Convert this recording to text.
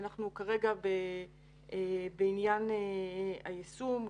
אנחנו כרגע בעניין היישום,